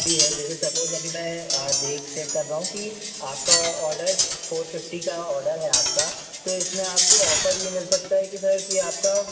भी है जैसे सपोज़ अभी मैं देख चेक कर रहा हूँ कि आपका ऑडर फ़ोर फ़िफ़्टी का ऑडर है आपका तो इसमें आपको ऑफ़र ये मिल सकता है कि सर कि आपका